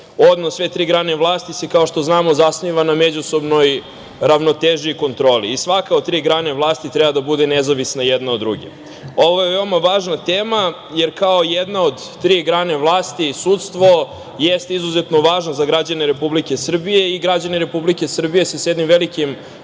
Odnos sve tri grane vlasti se, kao što znamo, zasniva na međusobnoj ravnoteži i kontroli. I svaka od tri grane vlasti treba da bude nezavisna jedna od druge. Ovo je veoma važna tema, jer kao jedna od tri grane vlasti, sudstvo jeste izuzetno važno za građane Republike Srbije i građani Republike Srbije se s jednim velikim